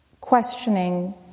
questioning